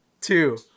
two